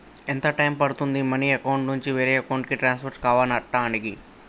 ఎంత టైం పడుతుంది money account నుంచి వేరే అకౌంట్ కి ట్రాన్స్ఫర్ కావటానికి?